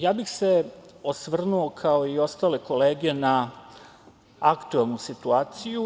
Ja bih se osvrnuo, kao i ostale kolege, na aktuelnu situaciju.